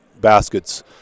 baskets